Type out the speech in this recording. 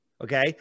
okay